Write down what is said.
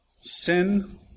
Sin